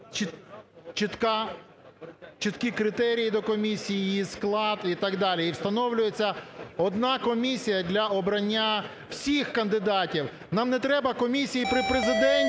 чіткі критерії до комісії, її склад і так далі, і встановлюється одна комісія для обрання всіх кандидатів. Нам не треба комісії при Президенті,